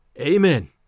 Amen